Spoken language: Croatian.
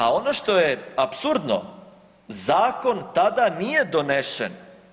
A ono što je apsurdno zakon tada nije donesen.